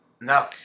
No